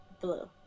blue